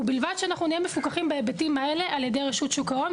ובלבד שאנחנו נהיה מפוקחים בהיבטים האלה על ידי רשות שוק ההון.